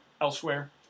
elsewhere